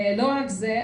לא רק זה,